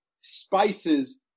spices